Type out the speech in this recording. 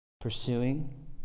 pursuing